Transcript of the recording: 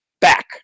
back